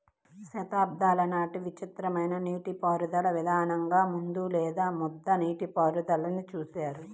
శతాబ్దాల నాటి విచిత్రమైన నీటిపారుదల విధానంగా ముద్దు లేదా ముద్ద నీటిపారుదలని చూస్తారు